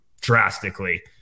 drastically